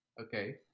okay